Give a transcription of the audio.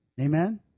Amen